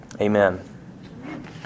Amen